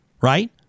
Right